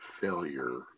failure